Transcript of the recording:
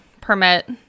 permit